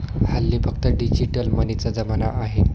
हल्ली फक्त डिजिटल मनीचा जमाना आहे